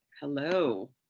Hello